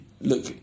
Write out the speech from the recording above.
Look